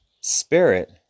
spirit